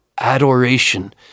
adoration